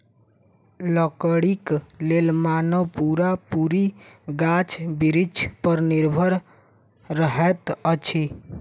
लकड़ीक लेल मानव पूरा पूरी गाछ बिरिछ पर निर्भर रहैत अछि